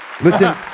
Listen